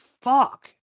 fuck